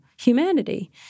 humanity